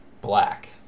black